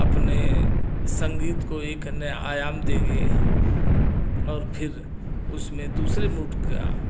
अपने संगीत को एक नया आयाम देंगे और फिर उसमें दूसरे मूड का